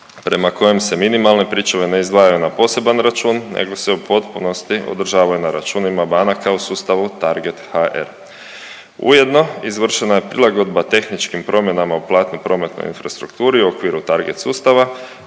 prema kojem se minimalne pričuve ne izdvajaju na poseban račun nego se u potpunosti održavaju na računima banaka u sustavu TARGET-HR. Ujedno izvršena je prilagodba tehničkim promjenama u platnoj prometnoj infrastrukturi u okviru TARGET sustava,